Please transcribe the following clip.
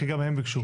כי גם הם ביקשו.